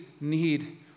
need